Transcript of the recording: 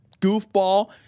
goofball